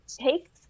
take